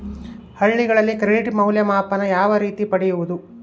ಹಳ್ಳಿಗಳಲ್ಲಿ ಕ್ರೆಡಿಟ್ ಮೌಲ್ಯಮಾಪನ ಯಾವ ರೇತಿ ಪಡೆಯುವುದು?